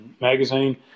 magazine